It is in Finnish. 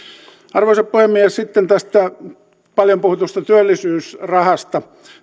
arvoisa puhemies sitten tästä paljon puhutusta työllisyysmäärärahasta